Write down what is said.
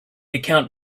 account